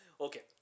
Okay